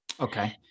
Okay